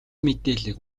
мэдээллийг